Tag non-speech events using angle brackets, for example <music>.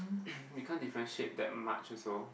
<coughs> we can't differentiate that much also